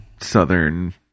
southern